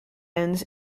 ends